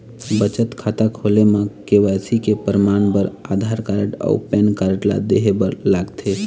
बचत खाता खोले म के.वाइ.सी के परमाण बर आधार कार्ड अउ पैन कार्ड ला देहे बर लागथे